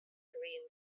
korean